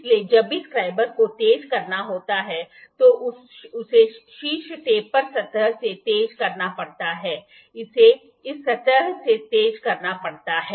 इसलिए जब भी स्क्राइबर को तेज करना होता है तो उसे शीर्ष टेपर सतह से तेज करना पड़ता है इसे इस सतह से तेज करना पड़ता है